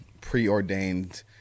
preordained